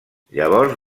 llavors